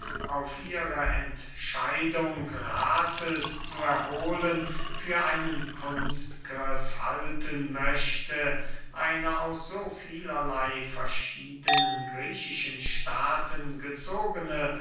auf ihre entscheidung rathes zu erhohlen für einen kunstgriff halten möchte eine aus so vielerley verschiedenen griechischen staaten gezogene